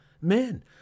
men